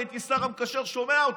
אני הייתי שר המקשר, שומע אותו: